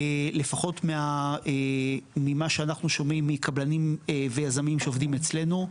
לפחות ממה שאנחנו שומעים מקבלנים ויזמים שעובדים אצלנו,